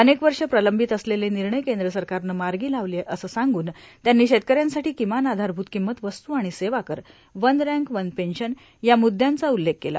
अनेक वष प्रर्लांबत असलेले र्णनणय कद्र सरकारनं मार्गा लावले असं सांगून त्यांनी शेतकऱ्यांसाठो किमान आधारभूत किंमत वस्त् आर्गण सेवा कर वन रॅन्क वन पेन्शन या मुद्यांचा उल्लेख केला